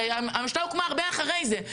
הרי הממשלה הוקמה הרבה אחרי זה.